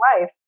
life